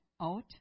out